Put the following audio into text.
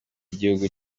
y’igihugu